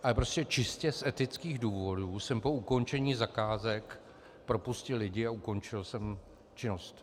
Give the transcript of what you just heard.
Ale prostě čistě z etických důvodů jsem po ukončení zakázek propustil lidi a ukončil jsem činnost.